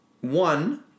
one